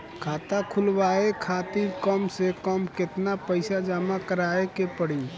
खाता खुलवाये खातिर कम से कम केतना पईसा जमा काराये के पड़ी?